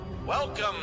Welcome